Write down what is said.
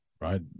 right